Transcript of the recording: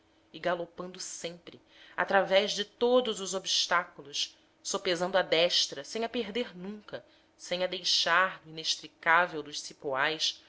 e galopando sempre através de todos os obstáculos sopesando à destra sem a perder nunca sem a deixar no inextricável dos cipoais